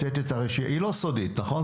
זאת לא רשימה סודית, נכון?